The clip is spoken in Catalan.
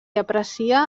aprecia